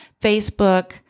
Facebook